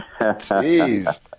Jeez